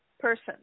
Person